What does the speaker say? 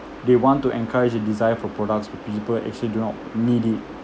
they want to encourage a desire for products which people actually do not need it